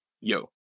yo